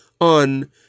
on